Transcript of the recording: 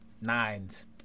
nines